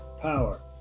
power